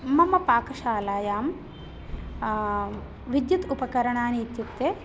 मम पाकशालायां विद्युत् उपकरणानि इत्युक्ते